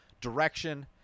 direction